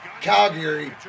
Calgary